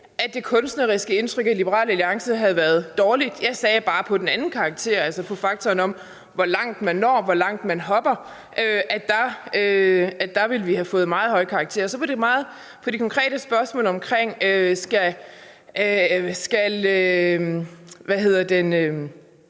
at det kunstneriske indtryk af Liberal Alliance havde været dårligt, jeg sagde bare, at på faktoren om, hvor langt man når, hvor langt man hopper, ville vi have fået meget høje karakterer. På de konkrete spørgsmål om pensionsalderen,